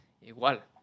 igual